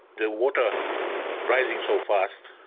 the water rising so fast